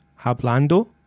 Hablando